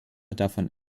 davon